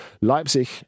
Leipzig